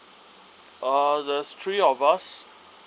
oh there's three of us